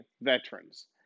veterans